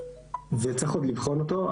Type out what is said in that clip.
וצריך עוד לבחון אותו,